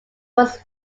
was